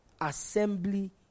assembly